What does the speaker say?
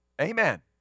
Amen